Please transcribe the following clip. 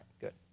good